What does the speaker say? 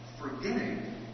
forgetting